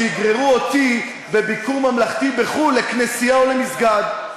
שיגררו אותי בביקור ממלכתי בחו"ל לכנסייה או למסגד.